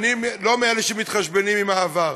אני לא מאלה שמתחשבנים עם העבר.